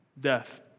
Death